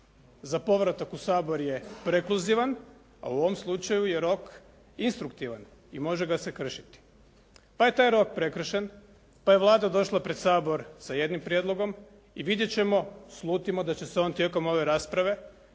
za povratak u Sabor je prekluzivan, a u ovom slučaju je rok instruktivan i može ga se kršiti. Pa je taj rok prekršen, pa je Vlada došla pred Sabor sa jednim prijedlogom i vidjeti ćemo, slutimo da će se on tijekom ove rasprave